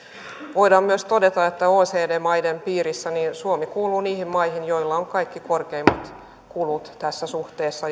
voidaan myös todeta että oecd maiden piirissä suomi kuuluu niihin maihin joilla on kaikkein korkeimmat kulut tässä suhteessa